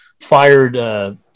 fired –